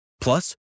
Plus